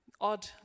odd